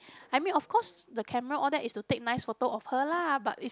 I mean of course the camera all that is to take nice photo of her lah but is